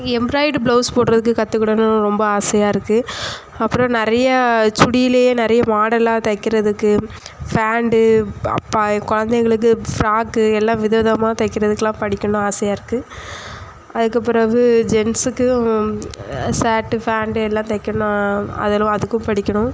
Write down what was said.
embroidered blouse போடுறதுக்கு கத்துக்குணும்னு ரொம்ப ஆசையாக இருக்குது அப்புறம் நிறையா சுடியிலேயே நிறைய மாடலாக தைக்கிறதுக்கு ஃபேண்டு குழந்தைங்களுக்கு ஃபிராக்கு எல்லாம் விதவிதமாக தைக்கிறதுக்கெல்லாம் படிக்கணும்னு ஆசையாக இருக்குது அதுக்கு பிறகு ஜென்ட்ஸுக்கும் ஷர்ட்டு ஃபேண்ட்டு எல்லாம் தைக்கணும் அதெல்லாம் அதுக்கும் படிக்கணும்